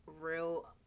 Real